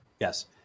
Yes